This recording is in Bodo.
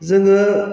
जोङो